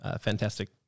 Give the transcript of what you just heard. fantastic